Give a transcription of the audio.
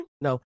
no